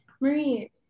Marie